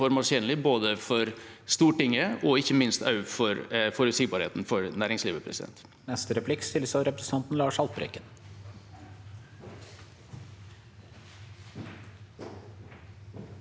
både for Stortinget og ikke minst for forutsigbarheten til næringslivet.